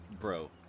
Bro